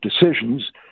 decisions